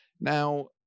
now